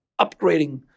upgrading